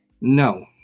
No